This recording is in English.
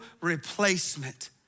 replacement